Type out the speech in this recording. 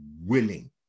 willing